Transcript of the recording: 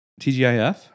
TGIF